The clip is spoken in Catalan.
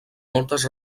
moltes